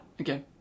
Okay